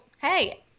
hey